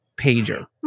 pager